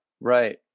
Right